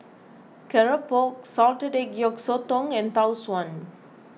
Keropok Salted Egg Yolk Sotong and Tau Suan